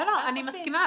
בסדר, אני מסכימה.